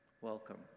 Welcome